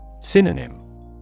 Synonym